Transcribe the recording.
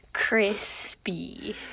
crispy